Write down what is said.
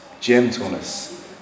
gentleness